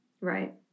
Right